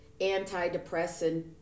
antidepressant